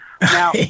Now